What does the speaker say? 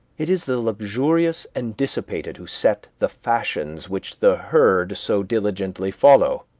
it is the luxurious and dissipated who set the fashions which the herd so diligently follow.